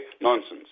nonsense